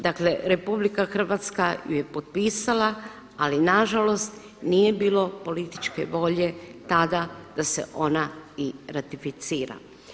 Dakle RH ju je potpisala ali nažalost nije bilo političke volje tada da se ona i ratificira.